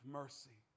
mercy